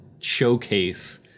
showcase